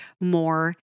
more